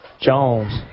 Jones